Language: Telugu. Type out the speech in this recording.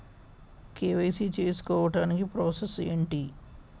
కే.వై.సీ చేసుకోవటానికి ప్రాసెస్ ఏంటి?